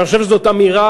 אני חושב שזאת אמירה,